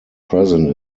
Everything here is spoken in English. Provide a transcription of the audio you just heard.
present